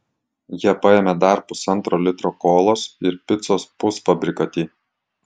jie paėmė dar pusantro litro kolos ir picos pusfabrikatį